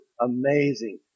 amazing